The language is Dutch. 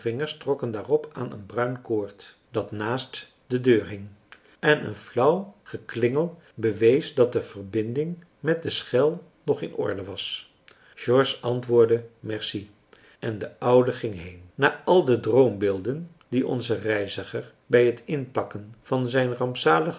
trokken daarop aan een bruin koord dat naast de deur hing en een flauw geklingel bewees dat de verbinding met de schel nog in orde was george antwoordde merci en de oude ging heen na al de droombeelden die onzen reiziger bij het inpakken van zijn rampzaligen